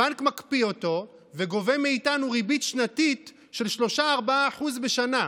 הבנק מקפיא אותו וגובה מאיתנו ריבית שנתית של 3% 4% בשנה.